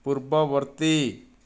ପୂର୍ବବର୍ତ୍ତୀ